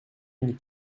mille